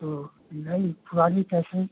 तो नई पुरानी कैसे